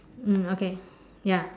mm okay ya